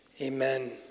Amen